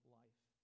life